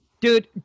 Dude